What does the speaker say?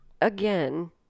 again